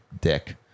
dick